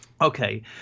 Okay